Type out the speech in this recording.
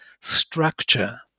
structure